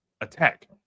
attack